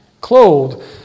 clothed